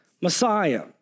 Messiah